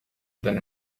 than